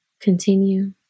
Continue